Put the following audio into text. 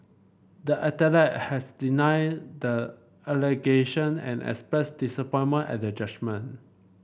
the athlete has denied the allegation and expressed disappointment at the judgment